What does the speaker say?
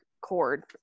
cord